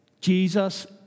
Jesus